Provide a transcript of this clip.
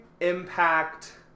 impact